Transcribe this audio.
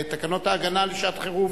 זה תקנות ההגנה לשעת-חירום